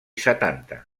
setanta